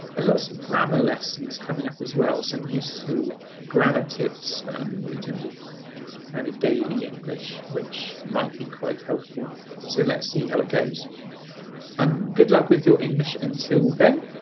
a lot of so grammar lessons coming up as well some useful grammar tips in terms of and daily english which might be quite helpful so let's see how it goes and good luck with your english until then.